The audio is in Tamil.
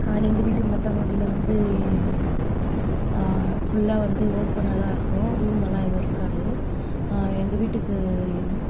எங்கள் வீட்டு மொட்டை மாடியில வந்து ஃபுல்லாக வந்து ஓப்பனாக தான் இருக்கும் ரூமெல்லாம் எதுவும் இருக்காது எங்கள் வீட்டுக்கு